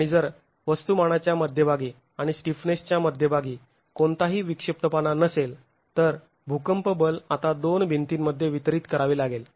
आणि जर वस्तुमानाच्या मध्यभागी आणि स्टिफनेसच्या मध्यभागी कोणताही विक्षिप्तपणा नसेल तर भूकंप बल आता दोन भिंतीमध्ये वितरित करावे लागेल